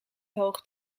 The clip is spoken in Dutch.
hoog